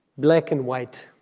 black and white